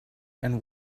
and